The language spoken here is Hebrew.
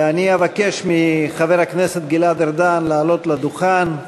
אני אבקש מחבר הכנסת גלעד ארדן לעלות לדוכן.